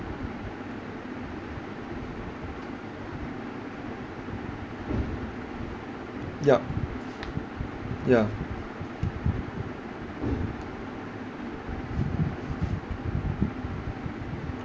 yup yeah